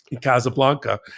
Casablanca